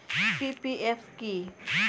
PPF কি?